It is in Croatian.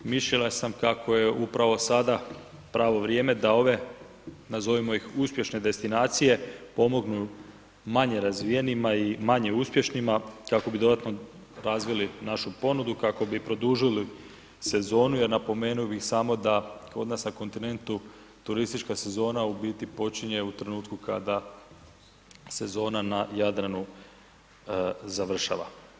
Mišljenja sam kako je upravo sada pravo vrijeme da ove, nazovimo ih uspješne destinacije pomognu manje razvijenima i manje uspješnima kako bi dodatno razvili našu ponudu i kako bi produžili se zonu jer napomenuo bi samo da kod nas na kontinentu turistička sezona u biti počinje u trenutku kada sezona na Jadranu završava.